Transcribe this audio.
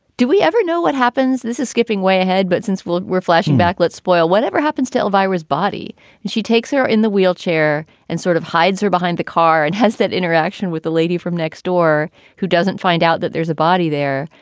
do we ever know what happens? this is skipping way ahead. but since we're we're flashing back, let spoil whatever happens to elvira's body. and she takes her in the wheelchair and sort of hides her behind the car and has that interaction with the lady from next door who doesn't find out that there's a body there.